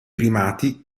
primati